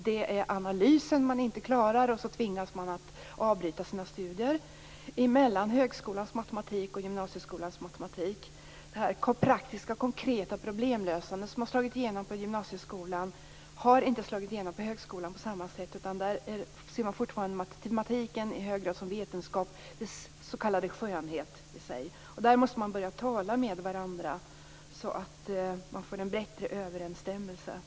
Man klarar inte analysen och tvingas avbryta sina studier. Det finns dock en väldigt dålig överensstämmelse mellan högskolans och gymnasieskolans matematik. Det praktiska konkreta problemlösande som slagit igenom i gymnasieskolan har inte slagit igenom på samma sätt i högskolan, utan där ser man fortfarande matematiken i hög grad som en vetenskap med en skönhet i sig. Man måste börja tala med varandra, så att man får en bättre överensstämmelse.